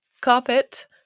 carpet